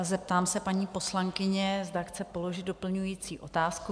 Zeptám se paní poslankyně, zda chce položit doplňující otázku?